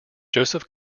joseph